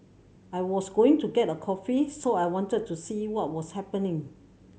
I was going to get a coffee so I wanted to see what was happening